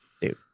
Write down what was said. Dude